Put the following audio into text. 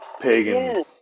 pagan